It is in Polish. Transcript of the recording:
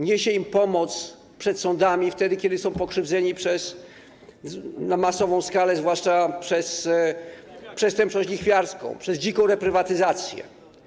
Niesie im pomoc przed sądami, kiedy są pokrzywdzeni na masową skalę, zwłaszcza przez przestępczość lichwiarską, przez dziką reprywatyzację.